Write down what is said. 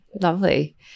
lovely